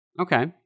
Okay